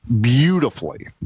beautifully